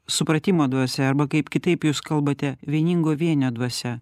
supratimo dvasia arba kaip kitaip jūs kalbate vieningo vienio dvasia